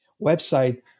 website